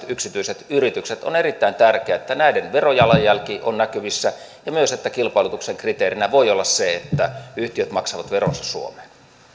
yksityiset yritykset on erittäin tärkeää että näiden verojalanjälki on näkyvissä ja myös että kilpailutuksen kriteerinä voi olla se että yhtiöt maksavat veronsa suomeen